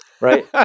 Right